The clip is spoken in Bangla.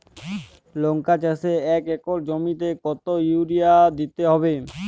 লংকা চাষে এক একর জমিতে কতো ইউরিয়া দিতে হবে?